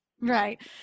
Right